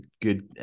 good